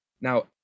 Now